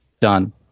done